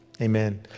Amen